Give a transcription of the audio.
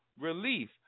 relief